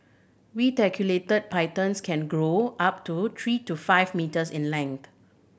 reticulated pythons can grow up to three to five metres in length